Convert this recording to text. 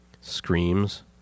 Screams